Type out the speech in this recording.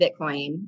Bitcoin